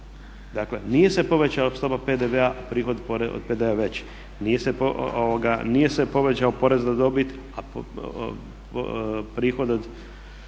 Dakle, nije se povećala stopa PDV-a a prihod od PDV-a je veći. Nije se povećao porez na dobit, a prihod od poreza